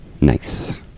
Nice